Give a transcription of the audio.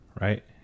right